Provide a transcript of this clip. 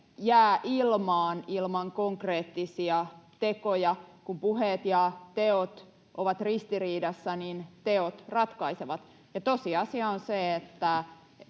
ilman konkreettisia tekoja. Kun puheet ja teot ovat ristiriidassa, niin teot ratkaisevat, ja tosiasia on se, että